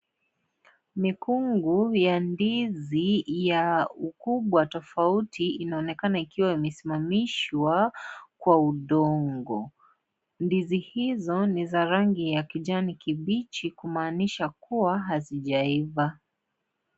Mikungu ya ndizi ya ndizi ya ukubwa tofauti inaonekana ikiwa imesimamishwa kwa udongo, ndizi hizo ni za rangi ya kijani kibichi kumaanisha kuwa hazijaiva.